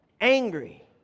angry